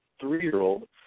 three-year-old